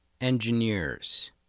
engineers